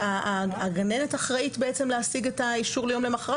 הגננת אחראית להשיג את האישור יום למוחרת?